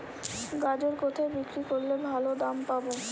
গাজর কোথায় বিক্রি করলে ভালো দাম পাব?